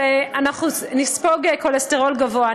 אנחנו נספוג כולסטרול גבוה.